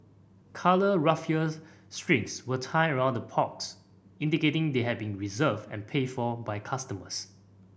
coloured raffia strings were tied around the pots indicating they had been reserved and paid for by customers